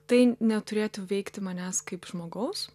tai neturėtų veikti manęs kaip žmogaus